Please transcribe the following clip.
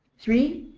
three,